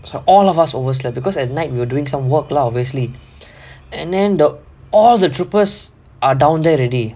so all of us overslept because at night we were doing some work lah obviously and then all the troopers are down there already